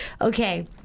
Okay